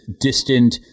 distant